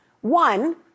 one